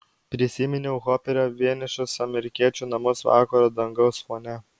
prisiminiau hoperio vienišus amerikiečių namus vakaro dangaus fone